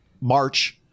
March